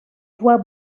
vois